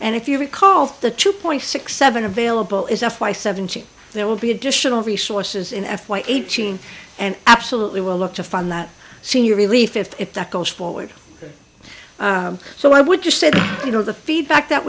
and if you recall the two point six seven available is f y seventeen there will be additional resources in f y eighteen and absolutely will look to fund that senior relief if that goes forward so i would just said you know the feedback that